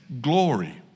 glory